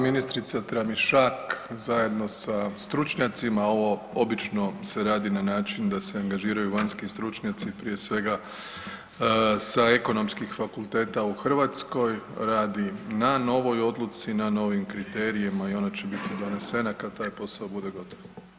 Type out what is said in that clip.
Ministrica Tramišak zajedno sa stručnjacima ovo obično se radi na način da se angažiranju vanjski stručnjaci prije svega sa ekonomskih fakulteta u Hrvatskoj, radi na novoj odluci, na novim kriterijem a i ona će biti donesena kad taj posao bude gotov.